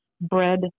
bread